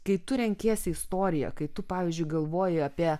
kai tu renkiesi istoriją kai tu pavyzdžiui galvoji apie